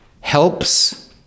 helps